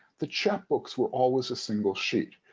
the chapbooks were always a single sheet,